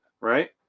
right